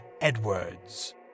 Edwards